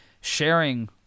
sharing